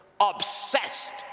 obsessed